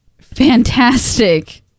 fantastic